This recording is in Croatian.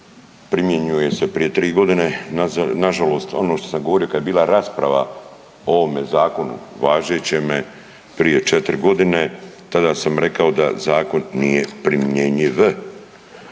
primjenjuje se prije tri godine, nažalost, ono što sam govorio kad je bila rasprava o ovome Zakonu, važećeme, prije 4 godine, tada sam rekao da Zakon nije primjenjiv.